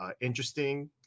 interesting